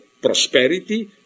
prosperity